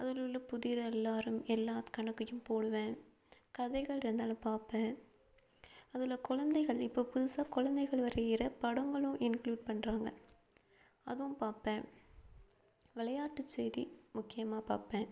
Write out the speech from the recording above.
அதில் உள்ள புதிர் எல்லோரும் எல்லா கணக்கையும் போடுவேன் கதைகள் இருந்தாலும் பார்ப்பேன் அதில் கொழந்தைகள் இப்போது புதுசாக கொழந்தைகள் வரைகிற படங்களும் இன்க்ளூட் பண்ணுறாங்க அதுவும் பார்ப்பேன் விளையாட்டு செய்தி முக்கியமாக பார்ப்பேன்